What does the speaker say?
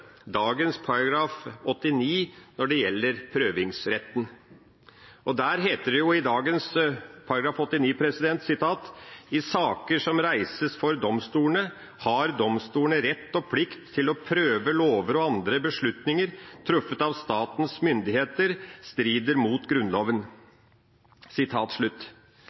dagens § 89 når det gjelder prøvingsretten, der det heter: «I saker som reises for domstolene, har domstolene rett og plikt til å prøve om lover og andre beslutninger truffet av statens myndigheter strider mot Grunnloven.»